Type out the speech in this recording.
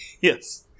Yes